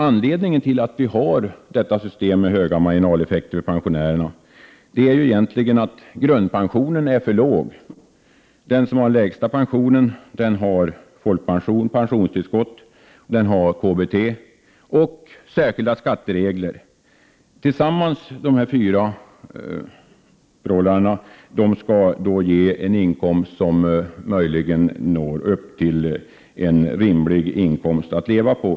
Anledningen till att vi har detta system med höga marginaleffekter för pensionärerna är ju egentligen att grundpensionen är för låg. Den som har den lägsta pensionen har folkpension, pensionstillskott och KBT, och vidare gäller särskilda skatteregler. Dessa fyra faktorer tillsammans skall ge en rimlig inkomst att leva på.